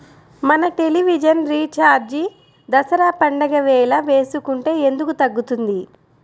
మన television recharge Dasara పండగ వేళ వేసుకుంటే ఎందుకు తగ్గుతుంది?